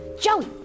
Joey